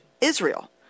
Israel